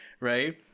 right